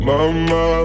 Mama